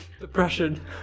depression